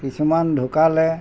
কিছুমান ঢুকালে